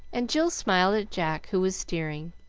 and jill smiled at jack, who was steering,